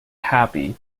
happy